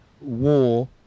war